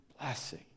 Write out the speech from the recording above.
blessing